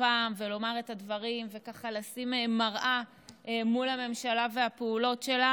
פעם ולומר את הדברים ולשים מראה מול הממשלה והפעולות שלה,